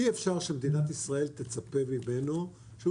אי אפשר שמדינת ישראל תצפה ממנו שהוא